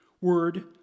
word